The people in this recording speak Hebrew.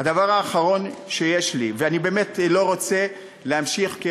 אני לא רוצה להמשיך,